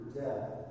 death